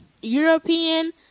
European